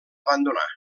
abandonar